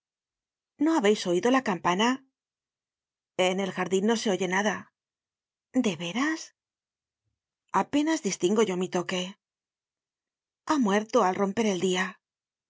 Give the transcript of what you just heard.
no habeis oido la campana en el jardin no se oye nada de veras apenas distingo yo mi toque ha muerto al romper el dia